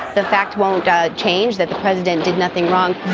the fact won't ah change that the president did nothing wrong